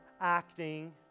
acting